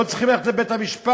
לא צריכים ללכת לבית-המשפט,